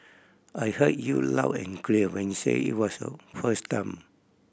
I heard you loud and clear when you said it was a first time